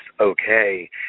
okay